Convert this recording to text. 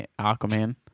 Aquaman